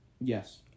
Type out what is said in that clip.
Yes